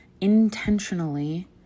intentionally